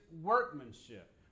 workmanship